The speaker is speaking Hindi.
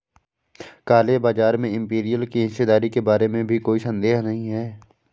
काले बाजार में इंपीरियल की हिस्सेदारी के बारे में भी कोई संदेह नहीं है